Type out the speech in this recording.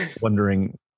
wondering